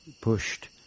pushed